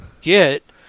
get